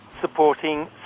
supporting